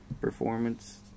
performance